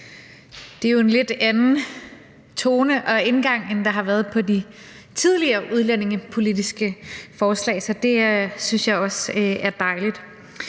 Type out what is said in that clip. Det er jo en lidt anden tone og indgang, end der har været på de tydeligere udlændingepolitiske forslag. Så det synes jeg også er dejligt.